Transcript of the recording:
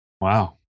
Wow